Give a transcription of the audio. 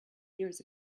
years